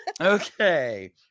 Okay